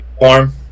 warm